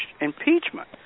impeachment